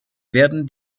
werden